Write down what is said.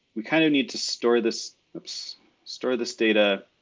we kinda need to store this store this data,